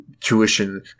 tuition